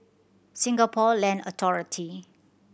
Singapore Land Authority